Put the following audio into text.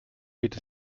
geht